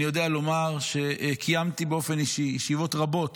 אני יודע לומר שקיימתי באופן אישי ישיבות רבות